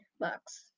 bucks